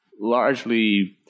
largely